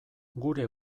gure